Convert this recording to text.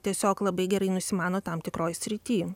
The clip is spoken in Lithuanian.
tiesiog labai gerai nusimano tam tikroj srity